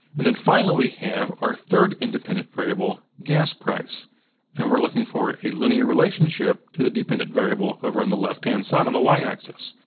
and then final we have our third independent variable, gas price and we're looking for a linear relationship to the dependent variable over on the left hand side, on the y-axis.